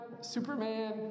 Superman